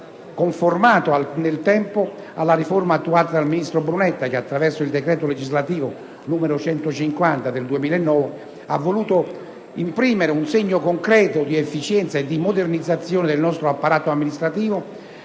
conformato nel tempo alla riforma attuata dal ministro Brunetta, che, attraverso il decreto legislativo n. 150 del 2009, ha voluto imprimere un segno concreto di efficienza e modernizzazione del nostro apparato amministrativo